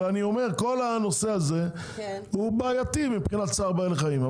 אבל כל הנושא הזה הוא בעייתי מבחינת צער בעלי חיים.